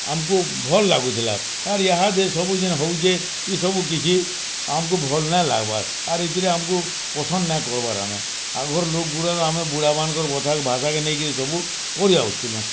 ଆମକୁ ଭଲ ଲାଗୁଥିଲା ୟାହାଦେ ସବୁଦିନ ହଉଛେ ଇ ସବୁ କିଛି ଆମକୁ ଭଲ ନାଇ ଲାଗ୍ବାର୍ ଆର ଏଥିରେ ଆମକୁ ପସନ୍ଦ ନାଇଁ କର୍ବାର୍ ଆମେ ଆମେ ବୁଢ଼ା ମାନ୍ଙ୍କର୍ ଭାଷା କେ ନେଇକିରୀ ସବୁ କରି ଆସୁଁଥିଲୁ